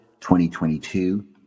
2022